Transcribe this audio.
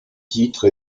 titre